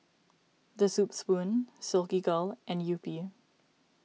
the Soup Spoon Silkygirl and Yupi